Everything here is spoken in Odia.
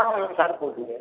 ହଁଁ ସାର୍ କହୁଥିଲେ